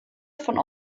von